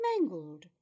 mangled